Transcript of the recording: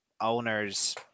owner's